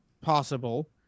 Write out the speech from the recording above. possible